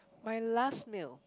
my last meal